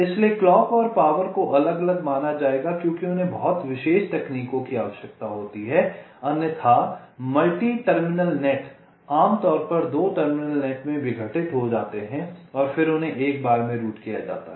इसलिए क्लॉक और पावर को अलग अलग माना जाएगा क्योंकि उन्हें बहुत विशेष तकनीकों की आवश्यकता होती है अन्यथा मल्टी टर्मिनल नेट आमतौर पर 2 टर्मिनल नेट में विघटित हो जाते हैं और फिर उन्हें एक बार में रूट किया जाता है